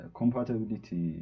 compatibility